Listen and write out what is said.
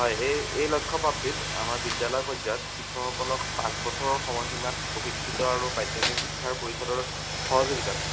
হয় এই এই লক্ষ্য প্ৰাপ্তিত আমাৰ বিদ্যালয় পৰ্যায়ত শিক্ষকসকলক পাঁচ বছৰৰ সময়সীমাত প্ৰশিক্ষিত আৰু মাধ্যমিক শিক্ষাৰ পৰিষদৰ সহযোগিতাত